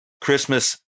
Christmas